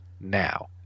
now